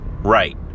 Right